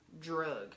drug